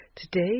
Today